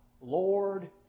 Lord